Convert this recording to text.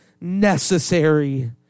necessary